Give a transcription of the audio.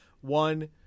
One